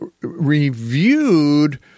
reviewed